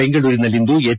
ಬೆಂಗಳೂರಿನಲ್ಲಿಂದು ಹೆಚ್